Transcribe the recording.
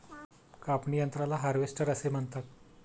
कापणी यंत्राला हार्वेस्टर असे म्हणतात